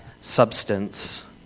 substance